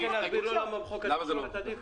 אתה רוצה להסבירו לו למה בחוק התקשורת עדיף?